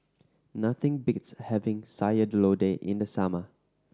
nothing beats having Sayur Lodeh in the summer